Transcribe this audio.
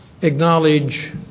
acknowledge